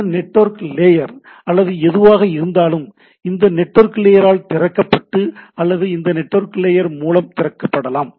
இந்த network layer அல்லது எதுவாக இருந்தாலும் இந்த நெட்வொர்க் லேயரால் திறக்கப்பட்டு அல்லது இந்த நெட்வொர்க் லேயர் மூலம் திறக்கப் படலாம்